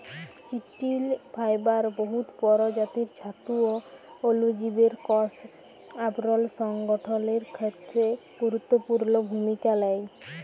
চিটিল ফাইবার বহুত পরজাতির ছাতু অ অলুজীবের কষ আবরল সংগঠলের খ্যেত্রে গুরুত্তপুর্ল ভূমিকা লেই